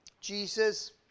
jesus